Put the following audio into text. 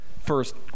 first